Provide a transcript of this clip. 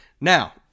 Now